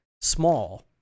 small